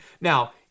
now